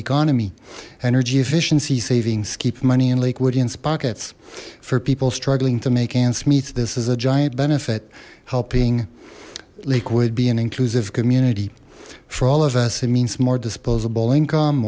economy energy efficiency savings keep money in lakewood ian's pockets for people struggling to make ends meet this as a giant benefit helping lakewood be an inclusive community for all of us it means more disposable income